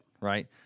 right